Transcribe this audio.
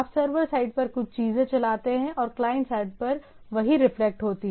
आप server side पर कुछ चीजें चलाते हैं और क्लाइंट साइट पर वहीं रिफ्लेक्ट होता है